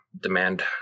demand